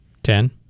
Ten